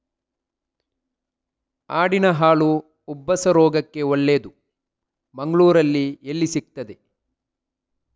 ಆಡಿನ ಹಾಲು ಉಬ್ಬಸ ರೋಗಕ್ಕೆ ಒಳ್ಳೆದು, ಮಂಗಳ್ಳೂರಲ್ಲಿ ಎಲ್ಲಿ ಸಿಕ್ತಾದೆ?